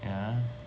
yeah